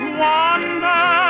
wander